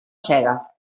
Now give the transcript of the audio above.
sega